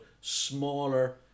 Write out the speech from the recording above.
smaller